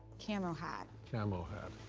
camo hat. camo hat.